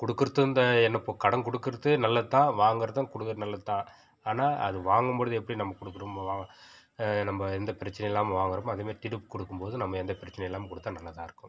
கொடுக்கறதும் இந்த என்ன இப்போது கடன் கொடுக்கறது நல்லதுதான் வாங்கிறதும் கொடுக்கறதும் நல்லதுதான் ஆனால் அது வாங்கும்பொழுது எப்படி நம்ம கொடுக்குறமோ வா நம்ம எந்த பிரச்சினையும் இல்லாமல் வாங்கிறமோ அதேமாதிரி திருப்பி கொடுக்கும்போது நம்ம எந்த பிரச்சினையும் இல்லாமல் கொடுத்தா நல்லாதான் இருக்கும்